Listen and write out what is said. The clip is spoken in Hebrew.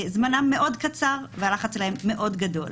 זמנם מאוד קצר והלחץ עליהם מאוד גדול.